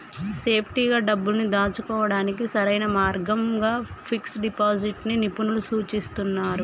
సేఫ్టీగా డబ్బుల్ని దాచుకోడానికి సరైన మార్గంగా ఫిక్స్డ్ డిపాజిట్ ని నిపుణులు సూచిస్తున్నరు